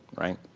right?